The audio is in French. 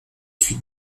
fut